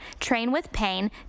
trainwithpain